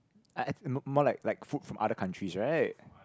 look more like like food from other countries right